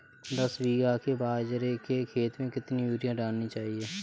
दस बीघा के बाजरे के खेत में कितनी यूरिया डालनी चाहिए?